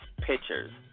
Pictures